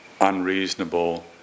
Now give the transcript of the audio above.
unreasonable